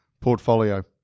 portfolio